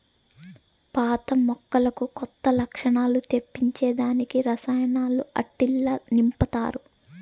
పాత మొక్కలకు కొత్త లచ్చణాలు తెప్పించే దానికి రసాయనాలు ఆట్టిల్ల నింపతారు